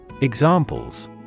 Examples